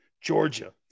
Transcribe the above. Georgia